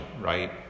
right